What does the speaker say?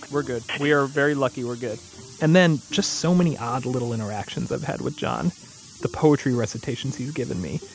we're good. we are very lucky. we're good and then just so many odd little interactions i've had with john the poetry recitations he's given me,